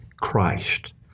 Christ